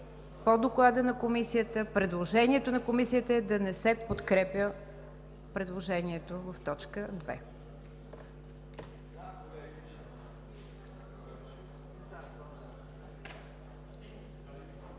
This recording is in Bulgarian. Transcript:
по Доклада на Комисията. Предложението на Комисията е да не се подкрепя предложението в т. 2.